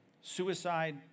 suicide